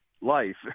life